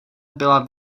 byla